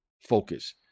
focus